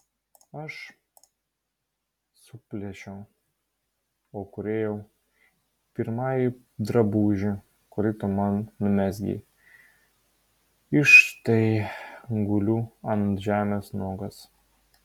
aš suplėšiau o kūrėjau pirmąjį drabužį kurį tu man numezgei iš štai guliu ant žemės nuogas